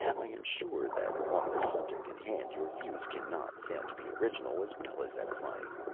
i am sure that on the subject in hand your views cannot fail to be original as well as edifying.